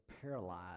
paralyzed